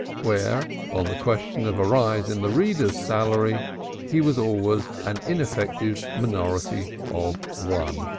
where on the question of a rise in the reader's salary he was always an ineffective minority of one.